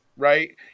right